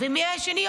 ומי היה השני?